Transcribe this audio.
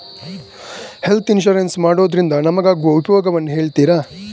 Health insurance ಮಾಡೋದ್ರಿಂದ ನಮಗಾಗುವ ಉಪಯೋಗವನ್ನು ಹೇಳ್ತೀರಾ?